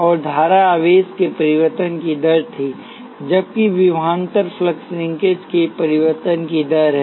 और धारा आवेश के परिवर्तन की दर थी जबकि विभवांतर फ्लक्स लिंकेज के परिवर्तन की दर है